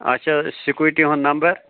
اَچھا سِکوٗٹی ہُنٛد نَمبَر